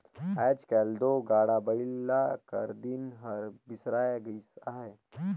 आएज काएल दो गाड़ा बइला कर दिन हर बिसराए लगिस अहे